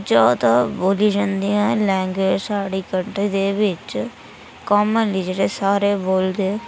ज्यादा बोली जंदियां न लैंग्वेज साढ़ी कंट्री दे बिच्च कामनली जेह्ड़े सारे बोलदे